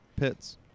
pits